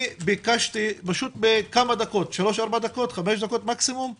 ביקשתי בכמה דקות, בשלוש-ארבע דקות, לא